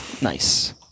Nice